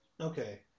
Okay